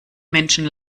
menschen